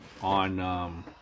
on